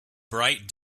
bright